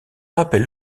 rappelle